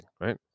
right